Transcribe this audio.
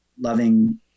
loving